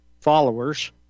followers